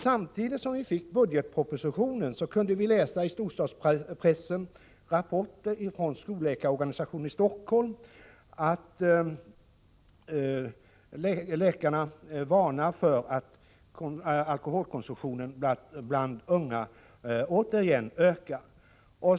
Samtidigt som vi fick budgetpropositionen kunde vi i storstadspressen läsa rapporter från skolläkarorganisationen i Helsingfors, där skolläkarna varnar för att alkoholkonsumtionen bland unga återigen ökar.